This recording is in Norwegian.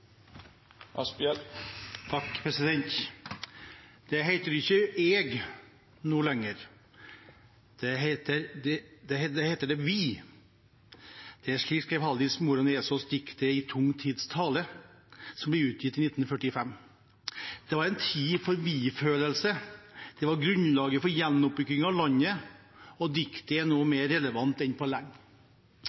heiter det: vi.» Slik skrev Halldis Moren Vesaas i diktet «Tung tids tale», som ble utgitt i 1945. Det var en tid for vi-følelse, det var grunnlaget for gjenoppbyggingen av landet, og diktet er nå mer relevant enn på